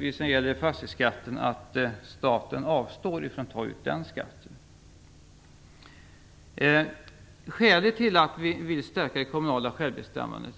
Vad gäller fastighetsskatten förutsätter detta att staten avstår från att ta ut fastighetsskatt. Skälet till att vi vill stärka det kommunala självbestämmandet